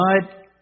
God